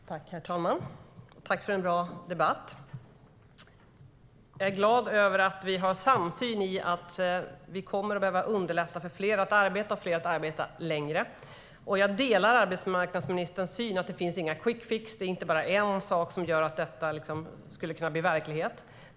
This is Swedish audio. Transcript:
STYLEREF Kantrubrik \* MERGEFORMAT Svar på interpellationerHerr talman! Jag tackar för en bra debatt. Jag är glad över att vi har en samsyn om att vi kommer att behöva underlätta för fler att arbeta och att arbeta allt längre. Jag delar arbetsmarknadsministerns syn att det inte finns några quickfix. Det är inte bara en sak som gör att detta skulle kunna bli verklighet.